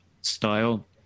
style